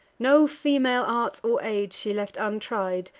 no female arts or aids she left untried,